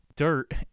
dirt